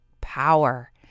Power